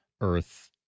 earth